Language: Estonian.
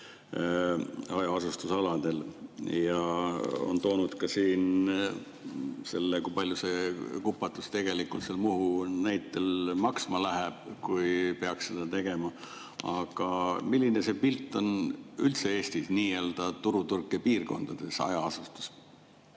hajaasustusaladel. Nad on toonud ka selle välja, kui palju see kupatus tegelikult Muhu näitel maksma läheb, kui peaks seda tegema. Aga milline on see pilt Eestis nii-öelda turutõrke piirkondades, hajaasustuses?